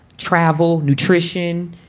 travel, nutrition,